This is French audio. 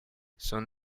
son